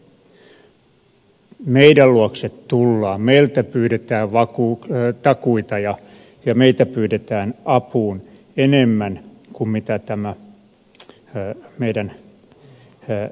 meidän luokse tullaan meiltä pyydetään takuita ja meitä pyydetään apuun enemmän kuin meidän pankkisektorimme vastuupuoli edellyttäisi